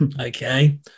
Okay